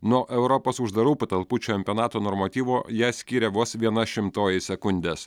nuo europos uždarų patalpų čempionato normatyvo ją skiria vos viena šimtoji sekundės